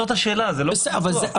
הצדק.